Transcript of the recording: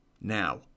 Now